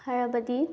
ꯍꯥꯏꯔꯕꯗꯤ